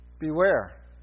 Beware